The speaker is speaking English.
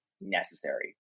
necessary